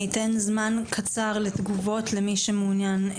אני אתן זמן קצר לתגובות למי שמעוניין.